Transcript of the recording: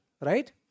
right